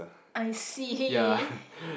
I see